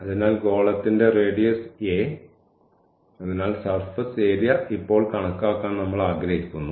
അതിനാൽ ഗോളത്തിന്റെ radius a അതിനാൽ സർഫസ് ഏരിയ ഇപ്പോൾ കണക്കാക്കാൻ നമ്മൾ ആഗ്രഹിക്കുന്നു